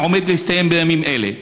העומד להסתיים בימים אלה.